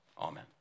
Amen